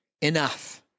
enough